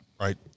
right